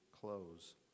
close